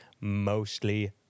mostly